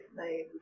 name